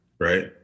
Right